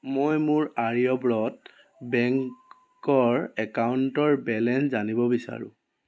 মই মোৰ আৰ্যব্ৰত বেংকৰ একাউণ্টৰ বেলেঞ্চ জানিব বিচাৰোঁ